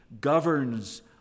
governs